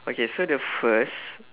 okay so the first